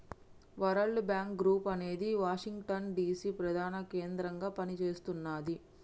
world Bank Group అనేది Washington DC ప్రధాన కేంద్రంగా పనిచేస్తున్నది